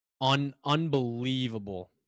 Unbelievable